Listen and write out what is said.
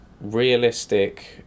realistic